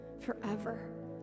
forever